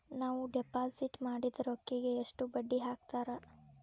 ನಾವು ಡಿಪಾಸಿಟ್ ಮಾಡಿದ ರೊಕ್ಕಿಗೆ ಎಷ್ಟು ಬಡ್ಡಿ ಹಾಕ್ತಾರಾ?